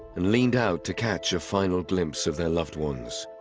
and leaned out to catch a final glimpse of their loved ones.